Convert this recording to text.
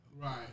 Right